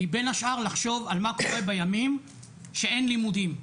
זה בין השאר לחשוב על מה קורה בימים שאין לימודים.